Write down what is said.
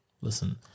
Listen